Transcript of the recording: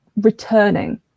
returning